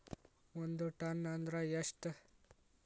ಒಂದ್ ಟನ್ ಅಂದ್ರ ಎಷ್ಟ?